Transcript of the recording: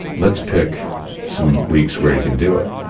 let's pick some weeks where you can do it.